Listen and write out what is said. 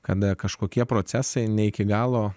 kada kažkokie procesai ne iki galo